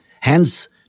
Hence